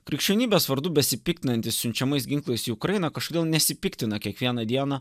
krikščionybės vardu besipiktinanti siunčiamais ginklais į ukrainą kažkodėl nesipiktina kiekvieną dieną